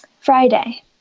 Friday